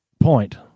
point